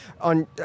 on